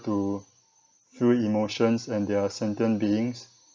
to feel emotions and they're sentient beings